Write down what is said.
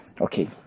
Okay